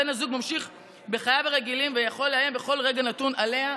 בן הזוג ממשיך בחייו הרגילים ויכול לאיים בכל רגע נתון עליה,